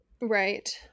right